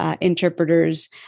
interpreters